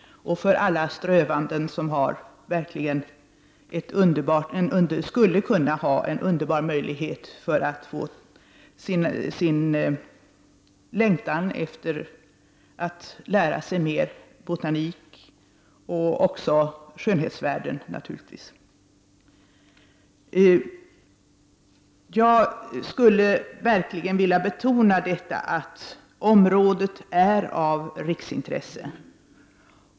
Här skulle alla strövande kunna ha en verkligt underbar möjlighet att få sin längtan tillfredsställd att få lära sig mera om botanik. Naturligtvis skulle det också ge skönhetsvärden. Jag skulle verkligen vilja betona att området är av riksintresse.